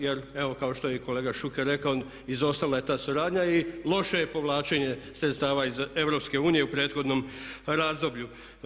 Jer evo kao što je i kolega Šuker rekao izostala je ta suradnja i loše je povlačenje sredstava iz EU u prethodnom razdoblju.